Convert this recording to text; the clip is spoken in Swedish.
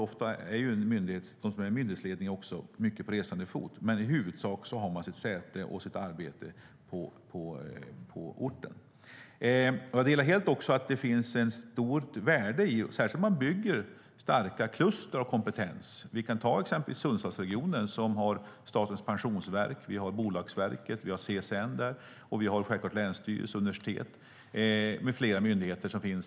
Ofta är de som ingår i en myndighetsledning på resande fot, men i huvudsak har de sitt säte och sitt arbete på orten. Jag delar helt uppfattningen att det finns ett stort värde i att bygga starka kluster av kompetens. Jag kan ta exempelvis Sundsvallsregionen, som har Statens pensionsverk, Bolagsverket, CSN, länsstyrelse, universitet med flera myndigheter.